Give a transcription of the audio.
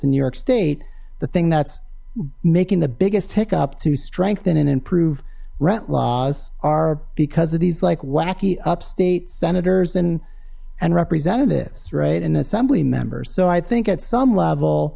in new york state the thing that's making the biggest hiccup to strengthen and improve rent laws are because of these like whacky up state senators and and representatives right and assembly members so i think at some level